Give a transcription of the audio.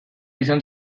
izan